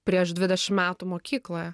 prieš dvidešim metų mokykloje